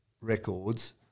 records